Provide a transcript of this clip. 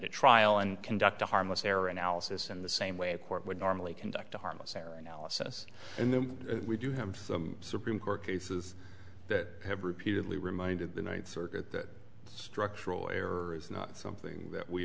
a trial and conduct a harmless error analysis in the same way a court would normally conduct a harmless error analysis and then we do have supreme court cases that have repeatedly reminded the ninth circuit structural error is not something that we